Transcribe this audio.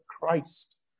Christ